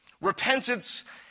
repentance